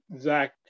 Zach